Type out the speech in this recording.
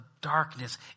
darkness